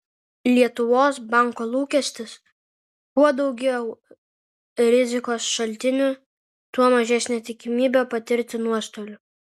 lietuvos banko lūkestis kuo daugiau rizikos šaltinių tuo mažesnė tikimybė patirti nuostolių